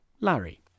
Larry